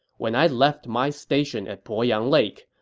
when i left my station at poyang lake,